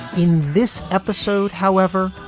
in this episode, however,